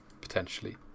potentially